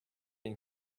and